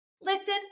listen